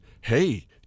Hey